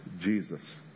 Jesus